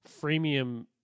freemium